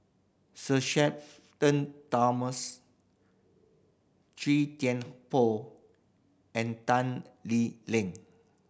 Sir Shenton Thomas Chua Thian Poh and Tan Lee Leng